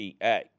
PA